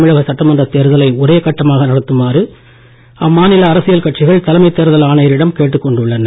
தமிழக சட்டமன்ற தேர்தலை ஒரே கட்டமாக நடத்துமாறு அம்மாநில அரசியல் கட்சிகள் தலைமைத் தேர்தல் ஆணையரிடம் கேட்டுக் கொண்டுள்ளன